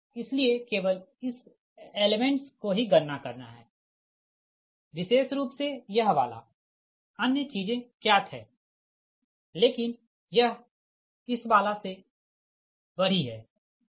इसलिए केवल इस एलेमेंट्स को ही गणना करना है विशेष रूप से यह वाला अन्य चीजें ज्ञात है लेकिन यह इस वाला से बढ़ी है ठीक